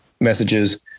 messages